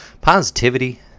positivity